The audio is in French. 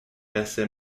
assez